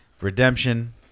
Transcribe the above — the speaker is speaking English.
Redemption